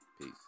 Peace